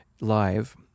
live